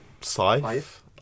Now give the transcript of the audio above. scythe